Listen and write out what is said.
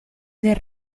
del